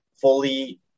fully